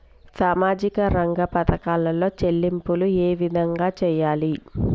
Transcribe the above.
సామాజిక రంగ పథకాలలో చెల్లింపులు ఏ విధంగా చేయాలి?